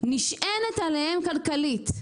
נשענת עליהם כלכלית,